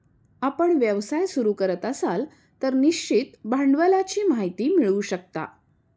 आपण व्यवसाय सुरू करत असाल तर निश्चित भांडवलाची माहिती मिळवू शकता